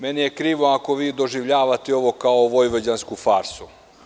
Meni je krivo ako vi doživljavate ovo kao vojvođansku farsu.